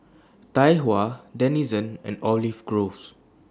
Tai Hua Denizen and Olive Grove